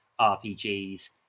rpgs